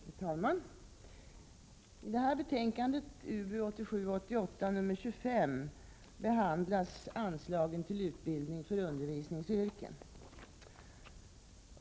Herr talman! I detta betänkande, UbU 1987/88:25, behandlas anslagen till utbildning för undervisningsyrken.